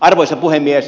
arvoisa puhemies